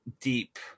Deep